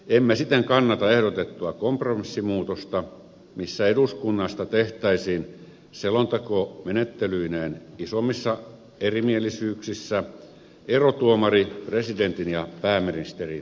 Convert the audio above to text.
emme siten kannata ehdotettua kompromissimuutosta missä eduskunnasta tehtäisiin selontekomenettelyineen isommissa erimielisyyksissä erotuomari presidentin ja pääministerin välille